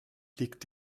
liegt